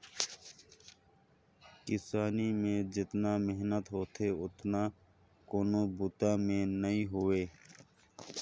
किसानी में जेतना मेहनत होथे ओतना कोनों बूता में नई होवे